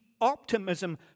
optimism